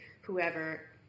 whoever